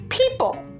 People